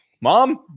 Mom